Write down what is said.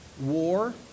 War